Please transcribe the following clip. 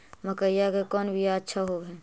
मकईया के कौन बियाह अच्छा होव है?